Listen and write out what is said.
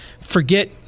Forget